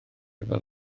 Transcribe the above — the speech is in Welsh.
fel